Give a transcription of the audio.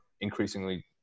increasingly